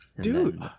Dude